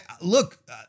Look